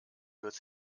wird